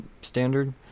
standard